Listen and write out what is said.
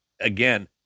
again